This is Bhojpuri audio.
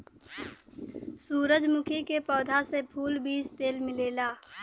सूरजमुखी के पौधा से फूल, बीज तेल मिलेला